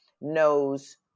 knows